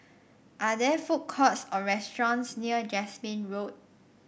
are there food courts or restaurants near Jasmine Road